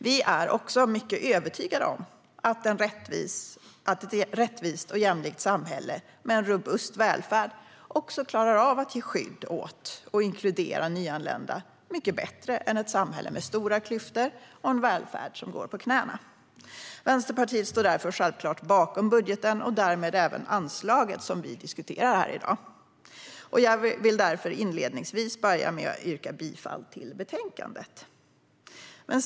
Vi är också övertygade om att ett rättvist och jämlikt samhälle med en robust välfärd klarar av att ge skydd åt och inkludera nyanlända på ett mycket bättre sätt än ett samhälle med stora klyftor och en välfärd som går på knäna. Vänsterpartiet står därför självklart bakom budgeten och därmed även anslaget som vi diskuterar i dag. Jag vill därför inledningsvis börja med att yrka bifall till förslaget i betänkandet.